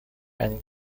and